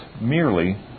merely